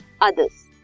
others